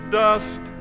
dust